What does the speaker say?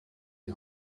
die